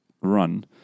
run